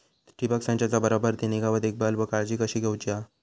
ठिबक संचाचा बराबर ती निगा व देखभाल व काळजी कशी घेऊची हा?